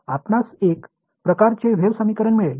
आपणास एक प्रकारचे वेव्ह समीकरण मिळेल